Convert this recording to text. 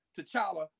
T'Challa